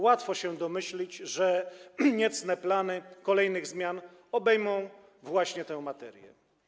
Łatwo się domyślić, że niecne plany kolejnych zmian obejmą właśnie tę materię.